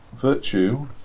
virtue